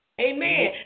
Amen